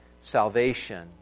salvation